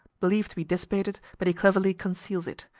believed to be dissipated, but he cleverly conceals it.